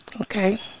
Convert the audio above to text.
Okay